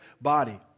body